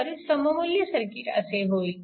तर सममुल्य सर्किट असे होईल